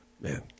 Man